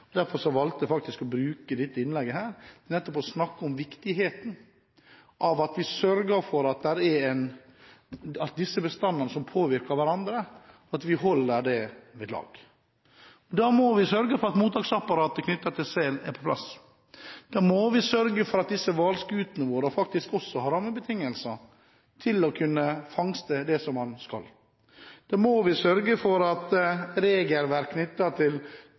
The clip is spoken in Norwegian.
Derfor valgte jeg å bruke dette innlegget til å snakke om viktigheten av å sørge for at vi holder ved lag disse bestandene, som påvirker hverandre. Da må vi sørge for at mottaksapparatet for sel er på plass. Da må vi sørge for at hvalskutene våre har rammebetingelser til å kunne fangste det som de skal. Da må vi sørge for at regelverk knyttet til